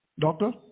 Doctor